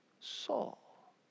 Saul